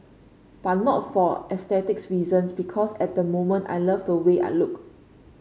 but not for aesthetic reasons because at the moment I love the way I look